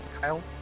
Kyle